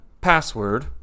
password